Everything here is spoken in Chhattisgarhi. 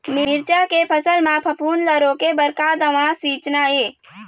मिरचा के फसल म फफूंद ला रोके बर का दवा सींचना ये?